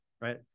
right